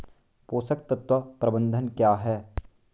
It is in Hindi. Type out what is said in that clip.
पोषक तत्व प्रबंधन क्या है?